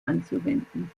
anzuwenden